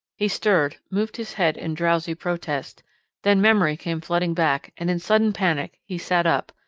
he stirred, moved his head in drowsy protest then memory came flooding back, and in sudden panic he sat up,